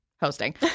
Hosting